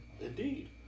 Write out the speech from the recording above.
Indeed